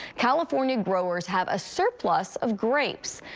california growers have a surplus of grapes,